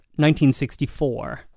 1964